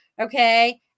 Okay